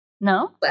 No